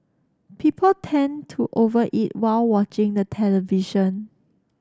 people tend to over eat while watching the television